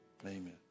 amen